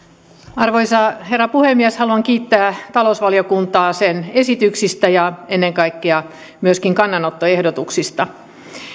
arvoisa herra puhemies haluan kiittää talousvaliokuntaa sen esityksistä ja ennen kaikkea myöskin kannanottoehdotuksista